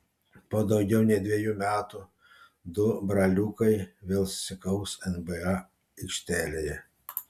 po daugiau nei dviejų metų du braliukai vėl susikaus nba aikštelėje